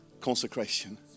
consecration